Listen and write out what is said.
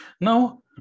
Now